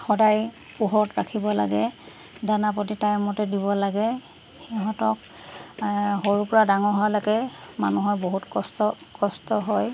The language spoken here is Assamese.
সদায় পোহৰত ৰাখিব লাগে দানা প্ৰতি টাইমতে দিব লাগে সিহঁতক সৰুৰপৰা ডাঙৰ হোৱালৈকে মানুহৰ বহুত কষ্ট কষ্ট হয়